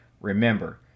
Remember